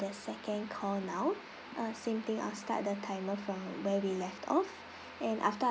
the second call now uh same thing I'll start the timer from where we left off and after